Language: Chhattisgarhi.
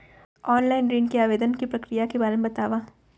ऑनलाइन ऋण आवेदन के प्रक्रिया के बारे म बतावव?